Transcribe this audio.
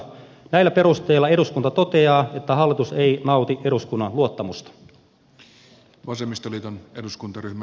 näillä perusteilla eduskunta toteaa että hallitus ei nauti eduskunnan luottamusta